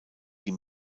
die